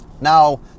now